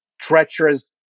treacherous